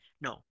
No